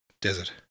desert